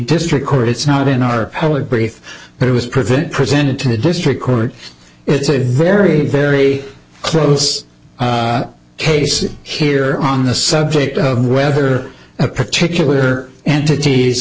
district court it's not in our public brief but it was prevent presented to the district court it's a very very close case here on the subject of whether a particular entities